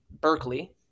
Berkeley